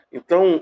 Então